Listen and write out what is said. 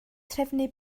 trefnu